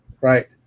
right